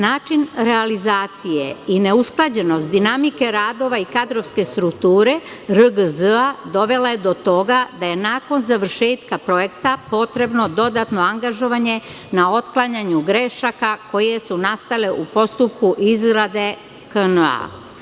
Način realizacije i neusklađenost dinamike radova i kadrovske strukture RGZ dovela je do toga da je nakon završetka projekta potrebno dodatno angažovanje na otklanjanju grešaka koje su nastale u postupku izrade KNA.